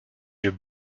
yeux